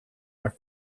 are